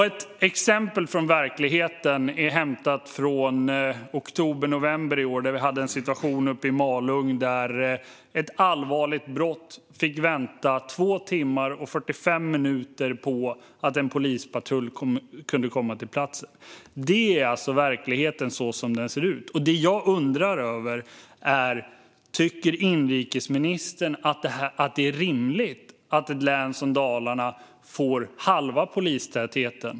Ett exempel från verkligheten är hämtat från oktober-november i år, då vi hade en situation uppe i Malung där man vid ett allvarligt brott fick vänta i 2 timmar och 45 minuter på att en polispatrull skulle komma till platsen. Detta är verkligheten som den ser ut. Det jag undrar över är: Tycker inrikesministern att det är rimligt att ett län som Dalarna bara får halva polistätheten?